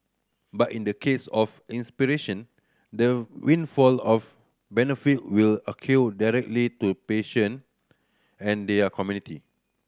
but in the case of the windfall of benefit will accrue directly to patient and their community